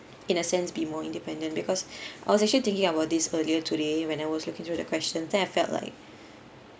in a sense be more independent because I was actually thinking about this earlier today when I was looking through that question then I felt like